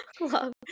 love